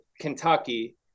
Kentucky